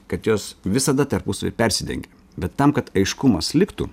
kad jos visada tarpusavy persidengia bet tam kad aiškumas liktų